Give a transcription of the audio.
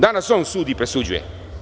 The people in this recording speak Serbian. Danas on sudi i presuđuje.